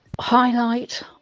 Highlight